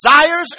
desires